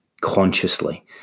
consciously